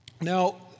Now